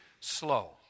slow